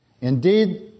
Indeed